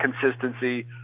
consistency